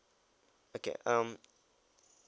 okay um